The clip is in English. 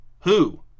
Who